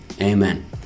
amen